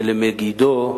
ולמגידו,